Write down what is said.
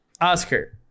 oscar